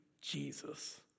Jesus